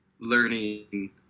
learning